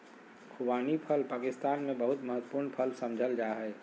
खुबानी फल पाकिस्तान में बहुत महत्वपूर्ण फल समझल जा हइ